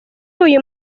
uyu